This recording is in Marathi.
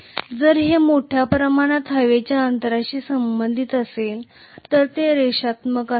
जर हे मोठ्या प्रमाणात हवेच्या अंतराशी संबंधित असेल तर ते रेषात्मक असावे